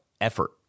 effort